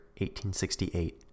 1868